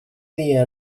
dia